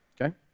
Okay